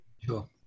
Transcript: Sure